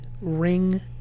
Ring